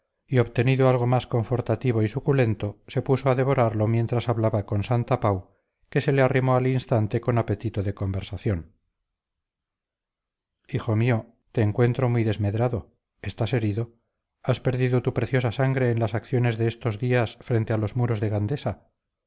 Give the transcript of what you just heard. y obtenido algo más confortativo y suculento se puso a devorarlo mientras hablaba con santapau que se le arrimó al instante con apetito de conversación hijo mío te encuentro muy desmedrado estás herido has perdido tu preciosa sangre en las acciones de estos días frente a los muros de gandesa